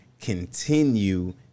continue